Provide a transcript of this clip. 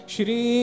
Shri